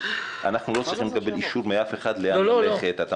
אנחנו לא צריכים לקבל אישור מאף אחד לאן ללכת,